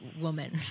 woman